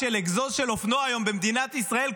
היום רעש של אגזוז של אופנוע במדינת ישראל,